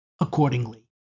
accordingly